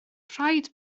rhaid